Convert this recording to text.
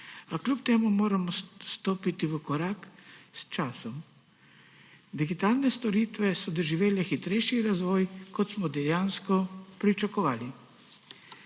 A kljub temu moramo stopiti v korak s časom. Digitalne storitve so doživele hitrejši razvoj, kot smo dejansko pričakovali.